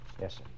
Yes